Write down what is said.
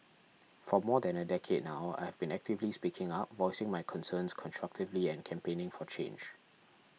for more than a decade now I've been actively speaking up voicing my concerns constructively and campaigning for change